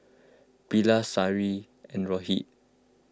Bilahari Saina and Rohit